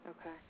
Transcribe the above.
Okay